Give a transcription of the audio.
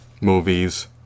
movies